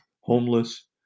homeless